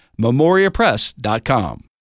MemoriaPress.com